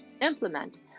implement